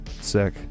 sick